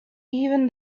even